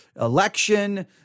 election